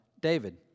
David